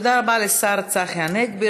תודה רבה לשר צחי הנגבי.